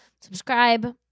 Subscribe